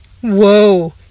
Whoa